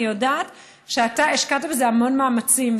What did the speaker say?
אני יודעת שהשקעת בזה המון מאמצים,